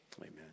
Amen